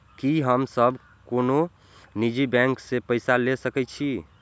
की हम सब कोनो निजी बैंक से पैसा ले सके छी?